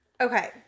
Okay